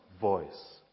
voice